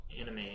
anime